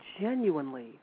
genuinely